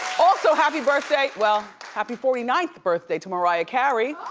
also happy birthday, well happy forty ninth birthday to mariah carey.